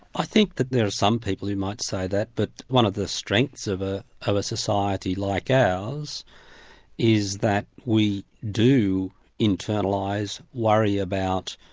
i think that there are some people who might say that, but one of the strengths of ah of a society like ours is that we do internalise, worry about,